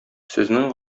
сезнең